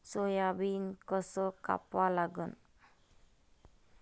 Soybean कस कापा लागन?